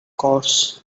course